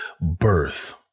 birth